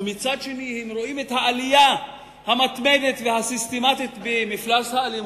ומצד שני הם רואים את העלייה המתמדת והסיסטמטית במפלס האלימות,